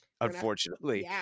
Unfortunately